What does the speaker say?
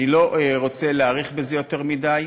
אני לא רוצה להאריך בזה יותר מדי,